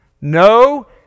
No